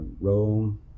Rome